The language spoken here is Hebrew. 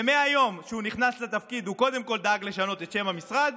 ומהיום שהוא נכנס לתפקיד הוא קודם כול דאג לשנות את שם המשרד,